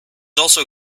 also